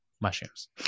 mushrooms